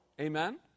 Amen